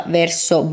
verso